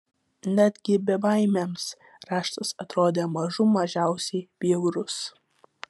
netgi bebaimiams raštas atrodė mažų mažiausiai bjaurus